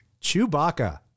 Chewbacca